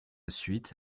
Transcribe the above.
suite